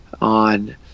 on